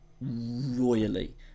Royally